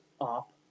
up